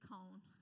Cone